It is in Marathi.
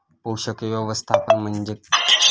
पोषक व्यवस्थापन म्हणजे काय?